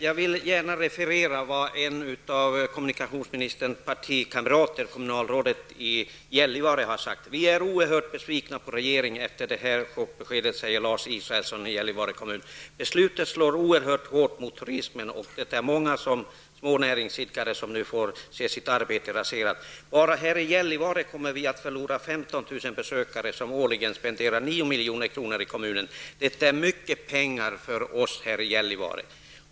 Jag vill gärna referera vad en av kommunikationsministerns partikamrater, kommunalrådet i Gällivare, har sagt: ''Vi är oerhört besvikna på regeringen efter det här chockbeskedet'', säger Lars Israelsson i Gällivare kommun. ''Beslutet slår oerhört hårt mot turismen, och det är många små näringsidkare som nu får se sitt arbete raserat. Bara här i Gällivare kommer vi att förlora 15 000 besökare, som årligen spenderar 9 milj.kr. i kommunen. Det är mycket pengar för oss här i Gällivare.''